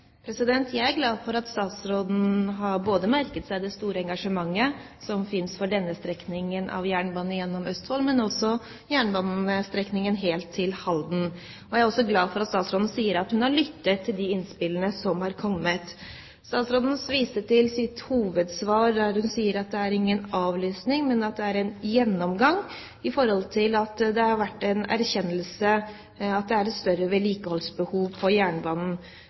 Jeg er glad for at statsråden har merket seg det store engasjementet både for jernbanestrekningen gjennom Østfold og også for jernbanestrekningen helt til Halden. Jeg er også glad for at statsråden sier at hun har lyttet til de innspillene som har kommet. Statsråden viste til sitt hovedsvar, der hun sier at det er ingen avlysning, men en gjennomgang, fordi det har vært en erkjennelse av at det er et større vedlikeholdsbehov på jernbanen.